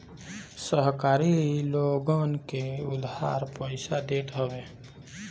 सहकारी लोगन के उधार पईसा देत हवे